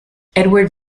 edward